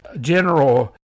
general